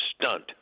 stunt